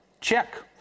Check